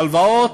הלוואות,